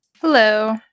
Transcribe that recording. Hello